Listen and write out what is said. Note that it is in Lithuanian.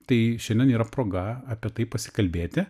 tai šiandien yra proga apie tai pasikalbėti